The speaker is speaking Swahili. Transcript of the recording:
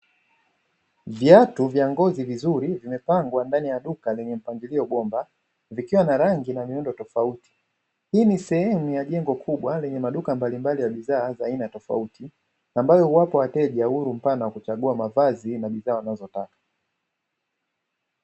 Viatu vya ngozi vizuri vimepangwa ndani ya duka lenye mpangilio bomba vikiwa na rangi na miundo tofauti, hii ni sehemu ya jengo kubwa lenye maduka mbalimbali ya bidhaa za aina tofauti ambayo huwapa wateja uhuru mpana wa kuchagua mavazi na bidhaa wanazotaka.